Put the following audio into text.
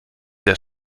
sehr